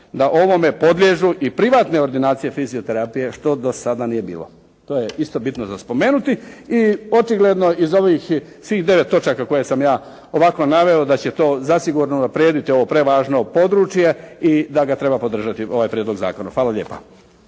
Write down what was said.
da ovome podliježu i privatne ordinacije fizioterapije što do sada nije bilo. To je isto bitno za spomenuti i očigledno iz ovih svih 9 točaka koje sam ja ovako naveo da će to zasigurno unaprijediti ovo prevažno područje i da ga treba podržati ovaj prijedlog zakona. Hvala lijepa.